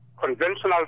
Conventional